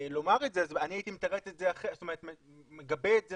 לומר את זה, אני הייתי מגבה את זה